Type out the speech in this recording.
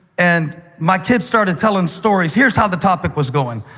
and my kids started telling stories. here's how the topic was going.